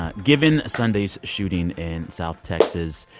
ah given sunday's shooting in south texas,